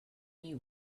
you